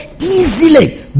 easily